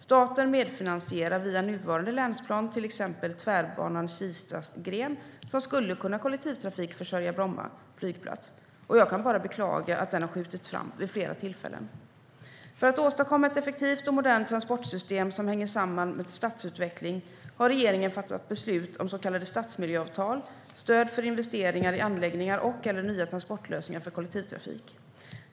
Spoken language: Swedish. Staten medfinansierar via nuvarande länsplan till exempel Tvärbanans Kistagren, som skulle kunna kollektivtrafikförsörja Bromma flygplats, och jag kan bara beklaga att den har skjutits fram vid flera tillfällen. För att åstadkomma ett effektivt och modernt transportsystem som hänger samman med stadsutveckling har regeringen fattat beslut om så kallade stadsmiljöavtal - stöd för investeringar i anläggningar och/eller nya transportlösningar för kollektivtrafik.